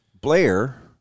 Blair